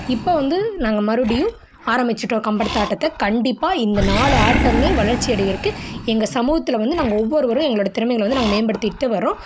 இப்போ வந்து நாங்கள் மறுபடியும் ஆரம்பித்துட்டோம் கம்பத்தாட்டத்தை கண்டிப்பாக இந்த நாலு ஆட்டமே வளர்ச்சி அடையிறதுக்கு எங்கள் சமூகத்தில் வந்து நாங்கள் ஒவ்வொருவரும் எங்களோடய திறமைகளை வந்து நாங்கள் மேம்படுத்திக்கிட்டே வரோம்